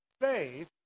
faith